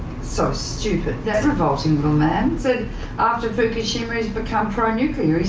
so stupid. that revolting little man said after fukushima he's become pro-nuclear.